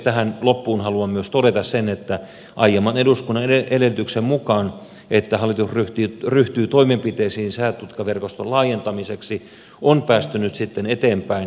tähän loppuun haluan myös todeta sen että aiemman eduskunnan edellytyksen mukaan hallitus ryhtyy toimenpiteisiin säätutkaverkoston laajentamiseksi ja siinä on päästy nyt eteenpäin